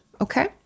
Okay